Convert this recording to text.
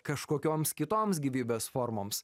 kažkokioms kitoms gyvybės formoms